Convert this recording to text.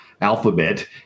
alphabet